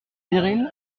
viril